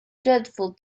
dreadful